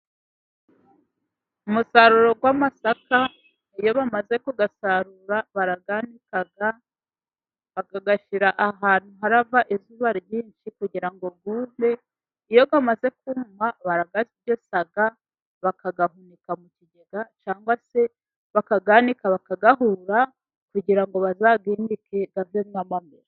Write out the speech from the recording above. Umusaruro w'amasaka, iyo bamaze kuyasarura barayanika, bakayashyira ahantu hava izuba ryinshi kugira ngo yume. Iyo amaze kuma barayagesa bakayahunika mu kigega, cyangwa se bakayanika bakayahura kugira ngo bazayinike avemo amamera.